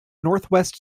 northwest